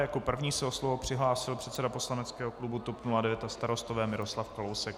Jako první se o slovo přihlásil předseda poslaneckého klubu TOP 09 a Starostové Miroslav Kalousek.